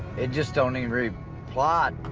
it just don't even really apply.